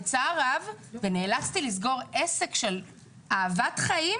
בצער רב נאלצתי לסגור עסק, אהבת חיים,